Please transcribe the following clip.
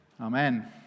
Amen